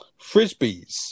Frisbees